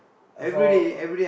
uh for